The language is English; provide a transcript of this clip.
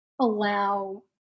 allow